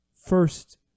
first